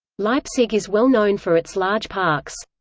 leipzig is well known for its large parks.